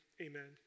Amen